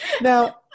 Now